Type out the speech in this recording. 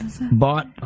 bought